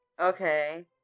Okay